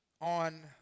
on